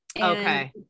Okay